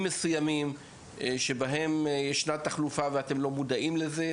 מסוימים שיש בהם תחלופה ואתם לא מודעים לזה.